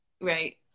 right